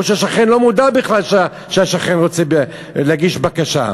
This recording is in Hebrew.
או שהשכן לא מודע בכלל שהשכן רוצה להגיש בקשה,